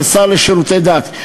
כשר לשירותי דת,